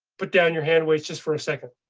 put down your hand weights just for a second.